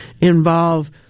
involve